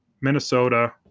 Minnesota